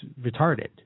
retarded